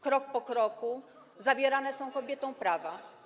Krok po kroku zabierane są kobietom prawa.